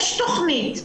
יש תכנית,